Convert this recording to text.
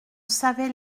savait